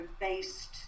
based